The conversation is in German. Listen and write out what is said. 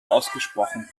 ausgesprochen